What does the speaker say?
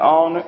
on